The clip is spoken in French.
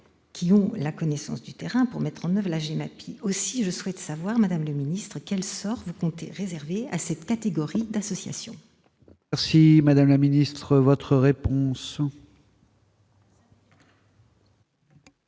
qui ont la connaissance du terrain, pour mettre en oeuvre la GEMAPI. Aussi voudrais-je savoir, madame la ministre, quel sort vous comptez réserver à cette catégorie d'associations. La parole est à Mme la ministre. Madame